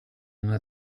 una